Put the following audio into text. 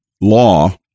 law